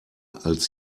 als